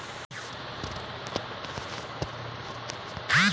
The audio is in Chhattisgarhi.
फसल म किट संक्रमण के कोन कोन से लक्षण हे?